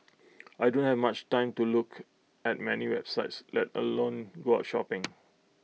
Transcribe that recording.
I don't have much time to look at many websites let alone go out shopping